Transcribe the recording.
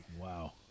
Wow